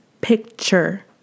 picture